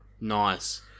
Nice